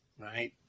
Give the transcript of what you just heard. right